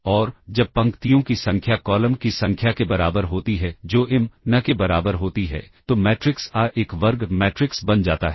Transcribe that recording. और जब पंक्तियों की संख्या कॉलम की संख्या के बराबर होती है जो m n के बराबर होती है तो मैट्रिक्स A एक वर्ग मैट्रिक्स बन जाता है